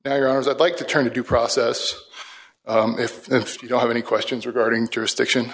as i'd like to turn to due process if you don't have any questions regarding jurisdiction